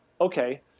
Okay